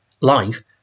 live